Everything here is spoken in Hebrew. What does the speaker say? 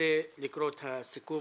רוצה לקרוא את סיכום